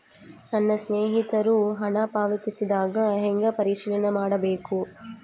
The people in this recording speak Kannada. ನನ್ನ ಸ್ನೇಹಿತರು ಹಣ ಪಾವತಿಸಿದಾಗ ಹೆಂಗ ಪರಿಶೇಲನೆ ಮಾಡಬೇಕು?